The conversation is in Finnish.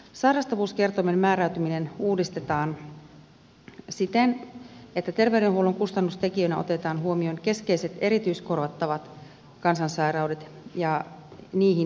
sairastavuuskertoimen määräytyminen uudistetaan siten että terveydenhuollon kustannustekijöinä otetaan huomioon keskeiset erityiskorvattavat kansansairaudet ja niihin perustuvat painokertoimet